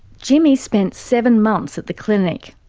jimmy spent seven months at the clinic,